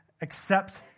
accept